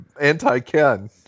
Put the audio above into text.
anti-Ken